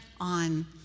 on